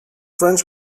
french